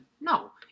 no